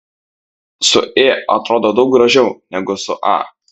su ė atrodo daug gražiau negu su a